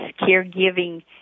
caregiving